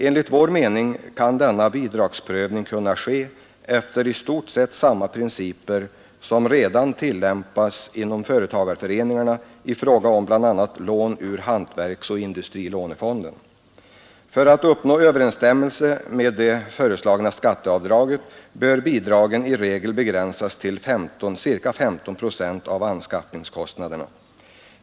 Enligt vår mening bör denna bidragsprövning kunna ske efter i stort sett samma principer som redan tillämpas inom företagarföreningarna i fråga om bl.a. lån ur hantverksoch industrilånefonden. För att uppnå överensstämmelse med det föreslagna skatteavdraget bör bidraget i regel begränsas till ca 15 procent av anskaffningskostnaden.